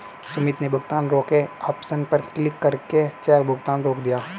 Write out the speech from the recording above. सुमित ने भुगतान रोके ऑप्शन पर क्लिक करके चेक भुगतान रोक दिया